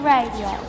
Radio